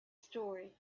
story